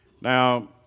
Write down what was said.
Now